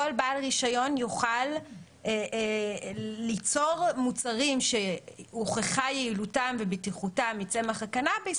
כל בעל רישיון יוכל ליצור מוצרים שהוכחה יעילותם ובטיחותם מצמח הקנאביס,